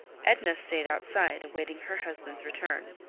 edna stayed outside, awaiting her husband's return.